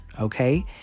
okay